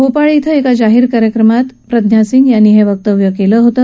भोपाळ इथं जाहीर कार्यक्रमात प्रज्ञासिंह यांनी हे वक्तव्य केलं होतं